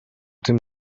tym